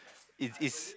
if it's